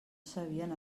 sabien